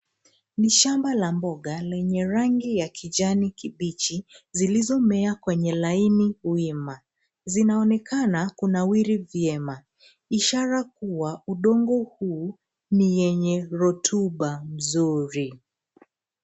Ni shamba la mboga lenye rangi ya kijani kibichi, zilizomea kwenye laini wima. Zinaonekana kunawiri vyema, ishara kua udongo huu ni yenye rotuba mzuri.